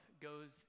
goes